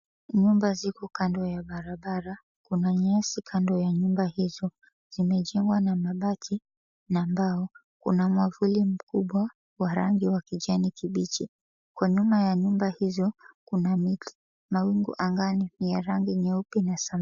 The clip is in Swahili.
Nyumba ziko kando ya barabara. Kuna nyasi kando ya nyumba hizo, zimejengwa na mabati na mbao. Kuna mwavuli mkubwa wa rangi wa kijani kibichi. Kwa nyuma ya nyumba hizo kuna miti. Mawingu angani ni ya rangi nyeupe na samawati.